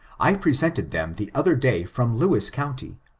i presented them the other day from lewis county,